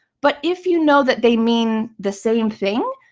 but if you know that they mean the same thing,